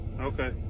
Okay